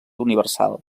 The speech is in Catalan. universal